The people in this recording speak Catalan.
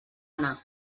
anar